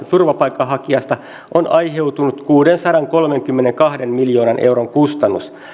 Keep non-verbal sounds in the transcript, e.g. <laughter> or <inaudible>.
<unintelligible> turvapaikanhakijasta on aiheutunut kuudensadankolmenkymmenenkahden miljoonan euron kustannus